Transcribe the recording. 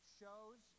shows